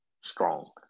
strong